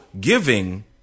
giving